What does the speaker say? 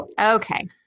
okay